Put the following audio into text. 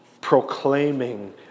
proclaiming